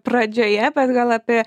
pradžioje bet gal apie